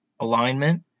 Alignment